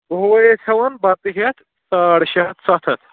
دۄہ وَے أسۍ ہٮ۪وان بَتہٕ ہیٚتھ ساڑ شےٚ ہَتھ سَتھ ہَتھ